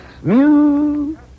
smooth